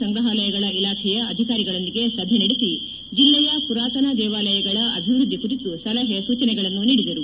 ಸಂಗ್ರಹಾಲಯಗಳ ಇಲಾಖೆಯ ಅಧಿಕಾರಿಗಳೊಂದಿಗೆ ಸಭೆ ನಡೆಸಿ ಜಿಲ್ಲೆಯ ಪುರಾತನ ದೇವಾಲಯಗಳ ಅಭಿವೃದ್ದಿ ಕುರಿತು ಸಲಹೆ ಸೂಚನೆಗಳನ್ನು ನೀಡಿದರು